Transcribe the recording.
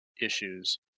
issues